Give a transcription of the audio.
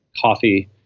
coffee